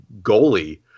goalie